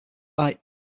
bite